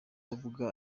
avuga